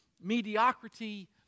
mediocrity